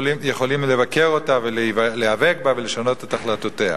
יכולים לבקר אותה ולהיאבק בה ולשנות את החלטותיה.